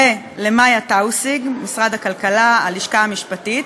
ולמאיה טאוסיג ממשרד הכלכלה, הלשכה המשפטית.